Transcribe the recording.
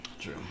True